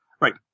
right